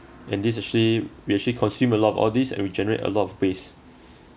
and this actually we actually consume a lot of all these and we generate a lot of waste